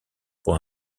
pour